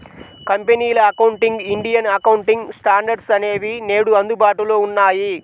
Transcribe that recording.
కంపెనీల accounting, Indian accounting standards అనేవి నేడు అందుబాటులో ఉన్నాయి